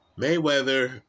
Mayweather